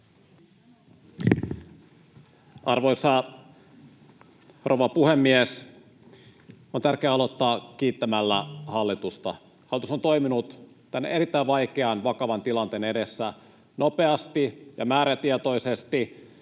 Arvoisa rouva puhemies! On tärkeää aloittaa kiittämällä hallitusta. Hallitus on toiminut tämän erittäin vaikean, vakavan tilanteen edessä nopeasti ja määrätietoisesti.